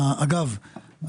אגב,